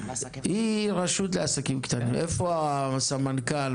איפה הסמנכ"ל?